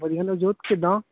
ਵਧੀਆ ਨਵਜੋਤ ਕਿੱਦਾਂ